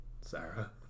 Sarah